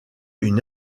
une